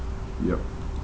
yup